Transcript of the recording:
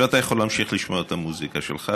עכשיו אתה יכול להמשיך לשמוע את המוזיקה שלך.